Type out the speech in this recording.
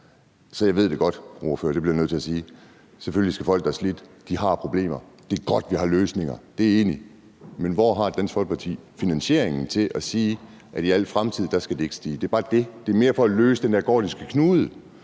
Så jeg ved det godt, ordfører, det bliver jeg nødt til at sige. Selvfølgelig har folk, der er slidt, problemer, og det er godt, vi har løsninger. Det er jeg enig i. Men hvor har Dansk Folkeparti finansieringen til at sige, at i al fremtid skal det ikke stige. Det er bare det. Det er mere for at løse den der gordiske knude.